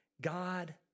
God